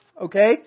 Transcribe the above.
Okay